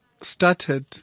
started